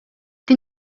din